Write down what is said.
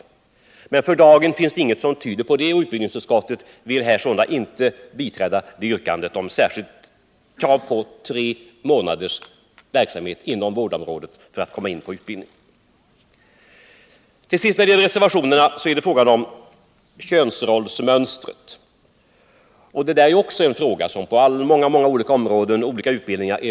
För dagen finns det emellertid ingenting som tyder på det, och 12 december 1979 utbildningsutskottet vill sålunda inte biträda yrkandet om krav på tre månaders verksamhet inom vårdområdet för att komma in på utbild Vårdutbildning ningen. : inom högskolan Den sista reservationen gäller könsrollsmönstret. Det är också en fråga som är svår inom många utbildningar.